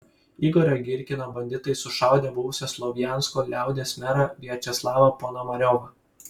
igorio girkino banditai sušaudė buvusį slovjansko liaudies merą viačeslavą ponomariovą